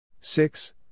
six